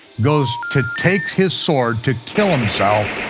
goes to take his sword to kill himself,